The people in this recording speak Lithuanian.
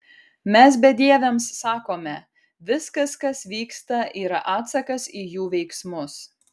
mes bedieviams sakome viskas kas vyksta yra atsakas į jų veiksmus